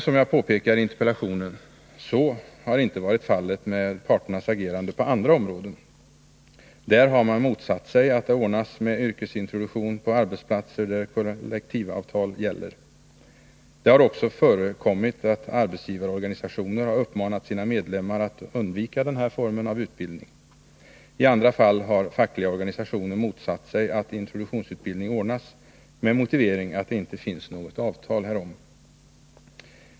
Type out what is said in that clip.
Som jag påpekar i interpellationen har emellertid så inte varit fallet med parternas agerande på andra områden. Där har man motsatt sig att det ordnas yrkesintroduktion på arbetsplatser där kollektivavtal gäller. Det har också förekommit att arbetsgivarorganisationer har uppmanat sina medlemmar att undvika denna form av utbildning. I andra fall har fackliga organisationer motsatt sig att introduktionsutbildning ordnas — med motivering att det inte finns något avtal härom.